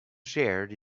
shared